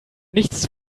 nichts